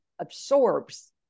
absorbs